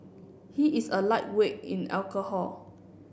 he is a lightweight in alcohol